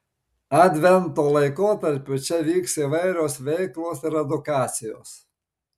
advento laikotarpiu čia vyks įvairios veiklos ir edukacijos